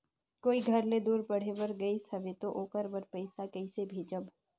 कोई घर ले दूर पढ़े बर गाईस हवे तो ओकर बर पइसा कइसे भेजब?